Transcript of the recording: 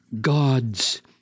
God's